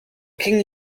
king